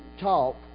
talk